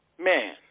man